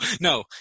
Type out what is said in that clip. no